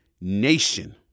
nation